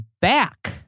back